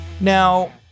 Now